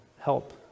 help